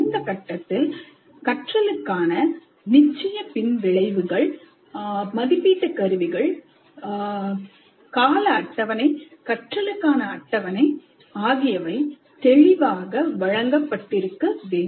இந்தக் கட்டத்தில் கற்றலுக்கான நிச்சய பின்விளைவுகள் மதிப்பீட்டுக் கருவிகள் கால அட்டவணை கற்றலுக்கான அட்டவணைஆகியவை தெளிவாக வழங்கப்பட்டிருக்க வேண்டும்